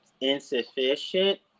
insufficient